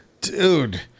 dude